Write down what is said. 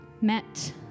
met